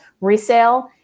resale